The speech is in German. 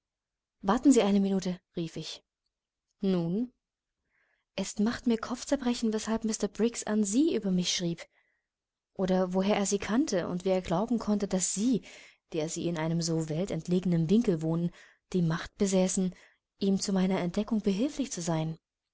warten sie eine minute rief ich nun es macht mir kopfzerbrechen weshalb mr briggs an sie über mich schrieb oder woher er sie kannte und wie er glauben konnte daß sie der sie in einem so weltentlegenen winkel wohnen die macht besäßen ihm zu meiner entdeckung behilflich zu sein